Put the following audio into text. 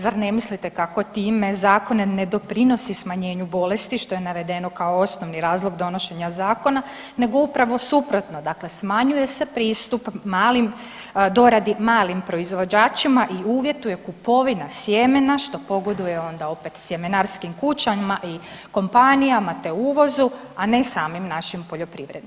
Zar ne mislite kako time zakon ne doprinosi smanjenju bolesti što je navedeno kao osnovni razlog donošenja zakona nego upravo suprotno, dakle smanjuje se pristup doradi malim proizvođačima i uvjetuje kupovina sjemena što pogoduje onda opet sjemenarskim kućama i kompanijama te uvozu, a ne samim našim poljoprivrednicima?